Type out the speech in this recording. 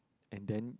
and then